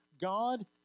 God